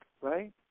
right